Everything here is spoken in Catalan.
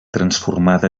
transformada